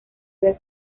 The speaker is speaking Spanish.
ver